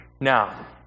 Now